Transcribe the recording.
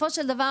בסופו של דבר,